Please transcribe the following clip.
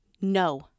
No